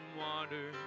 water